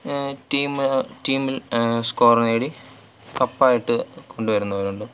team ടീമിൽ score നേടി കപ്പായിട്ട് കൊണ്ടുവരുന്നവരുണ്ട്